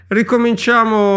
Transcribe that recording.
Ricominciamo